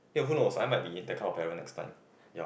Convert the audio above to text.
ya who knows I might be that kind of parent next time ya